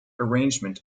arrangement